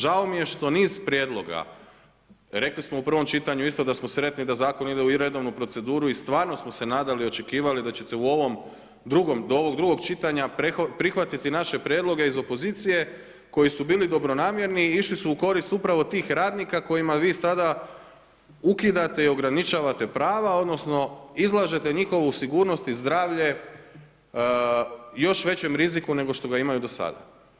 Žao mi je što niz prijedloga rekli smo u prvom čitanju isto da smo sretni da zakon ide i u redovnu proceduru i stvarno smo se nadali, očekivali da ćete u ovom drugom do ovog drugog čitanja prihvatiti naše prijedloge iz opozicije koji su bili dobronamjerni i išli su u korist upravo tih radnika kojima vi sada ukidate i ograničavate prava odnosno izlažete njihovu sigurnost i zdravlje još većem riziku nego što ga imaju do sada.